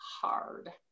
hard